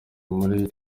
muri